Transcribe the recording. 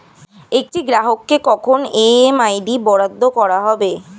একটি গ্রাহককে কখন এম.এম.আই.ডি বরাদ্দ করা হবে?